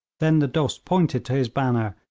then the dost pointed to his banner,